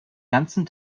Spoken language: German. ganzen